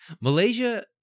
Malaysia